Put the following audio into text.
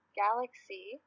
galaxy